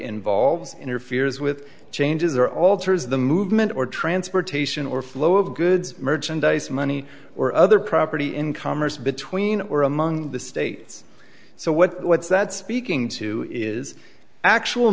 involves interferes with changes or alters the movement or transportation or flow of goods merchandise money or other property in commerce between or among the states so what what's that speaking to is actual